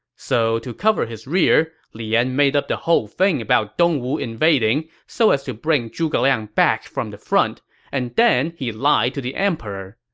so to cover his rear, li yan made up the whole thing about dongwu invading so as to bring zhuge liang back from the front and then lied to the emperor.